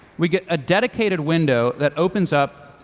we get a dedicated window that opens up,